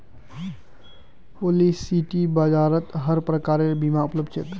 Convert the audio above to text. policy बाजारत हर प्रकारेर बीमा उपलब्ध छेक